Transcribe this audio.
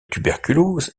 tuberculose